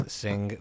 sing